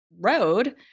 road